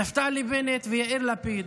נפתלי בנט ויאיר לפיד,